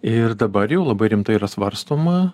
ir dabar jau labai rimtai yra svarstoma